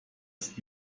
ist